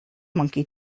monkey